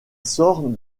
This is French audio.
sort